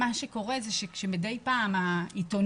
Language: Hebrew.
מה שקורה הוא שכאשר מדי פעם העיתונות